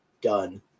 done